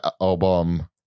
album